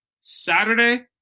Saturday